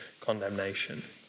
condemnation